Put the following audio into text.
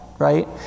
Right